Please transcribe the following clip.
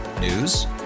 News